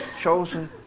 chosen